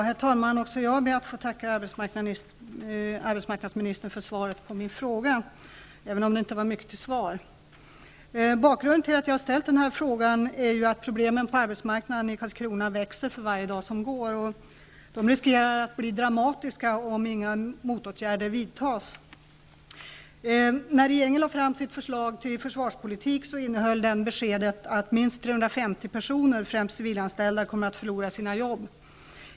Herr talman! Också jag ber att få tacka arbetsmarknadsministern för svaret på min fråga, även om det inte var mycket till svar. Bakgrunden till att jag har ställt den här frågan är ju att problemen på arbetsmarknaden i Karlskrona växer för varje dag som går, och de riskerar att bli dramatiska om inga motåtgärder vidtas. personer, främst civilanställda, kommer att förlora sina jobb.